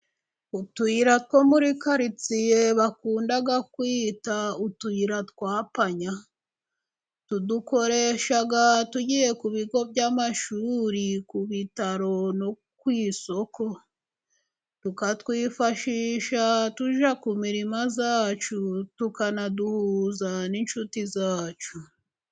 Utuyira two muri karitsiye bakunda kwita utuyira twa panya, tudukoresha tugiye ku bigo by'amashuri, ku bitaro no ku isoko, tukatwifashisha tujya ku mirima yacu, tukanaduhuza n'inshuti zacu.